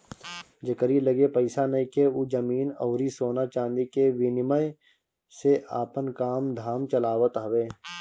जेकरी लगे पईसा नइखे उ जमीन अउरी सोना चांदी के विनिमय से आपन काम धाम चलावत हवे